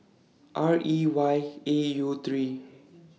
R E Y A U three